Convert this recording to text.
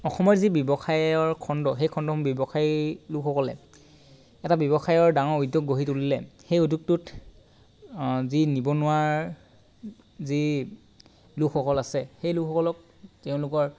অসমৰ যি ব্যৱসায়ৰ খণ্ড সেই খণ্ড ব্যৱসায়ী লোকসকলে এটা ব্যৱসায়ৰ ডাঙৰ উদ্যোগ গঢ়ি তুলিলে সেই উদ্যোগটোত যি নিৱনুৱাৰ যি লোকসকল আছে সেই লোকসকলক তেওঁলোকৰ